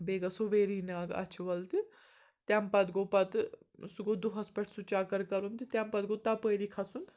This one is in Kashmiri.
بیٚیہِ گَژھو ویری ناگ اَچھٕ وَل تہِ تَمہِ پَتہٕ گوٚو پَتہٕ سُہ گوٚو دۄہَس پٮ۪ٹھ سُہ چَکَر کَرُن تہٕ تَمہِ پَتہٕ گوٚو تَپٲری کھَسُن